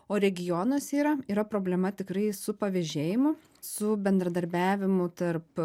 o regionuose yra yra problema tikrai su pavėžėjimu su bendradarbiavimu tarp